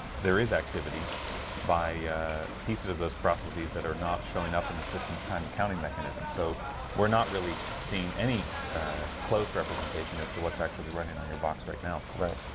there is activity by pieces of those processes that are not showing up in the system's time accounting mechanism, so we're not really seeing any close representation as to what's actually running on your box right now, right?